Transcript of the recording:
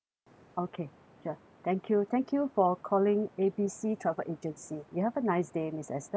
okay sure thank you thank you for calling A B C travel agency you have a nice day miss esther